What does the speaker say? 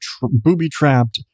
booby-trapped